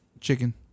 Chicken